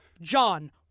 John